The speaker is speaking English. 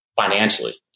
financially